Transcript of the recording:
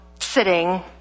sitting